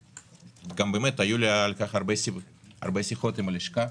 גם היו לי על כך הרבה שיחות עם הלשכה.